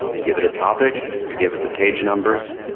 i give it a topic. i give it the page numbers.